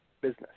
business